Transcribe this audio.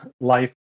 Life